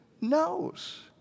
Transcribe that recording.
knows